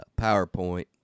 powerpoint